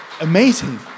amazing